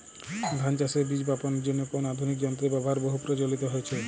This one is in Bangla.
ধান চাষের বীজ বাপনের জন্য কোন আধুনিক যন্ত্রের ব্যাবহার বহু প্রচলিত হয়েছে?